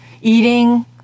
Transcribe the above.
eating